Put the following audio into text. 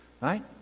Right